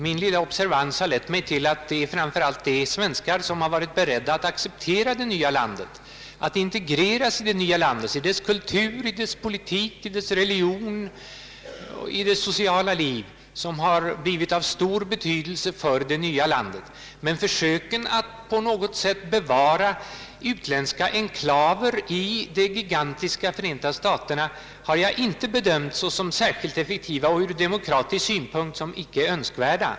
Min lilla observans har lett mig till att det är framför allt de svenskar som varit beredda att acceptera det nya landet och integreras i dess kultur, i dess politik, i dess religion och i dess sociala liv som har blivit av stor betydelse för det nya landet. Försöken att på något sätt bevara utländska enklaver i det gigantiska Förenta staterna har jag bedömt såsom icke särskilt effektiva och ur demokratisk synpunkt såsom icke önskvärda.